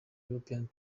european